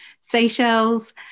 Seychelles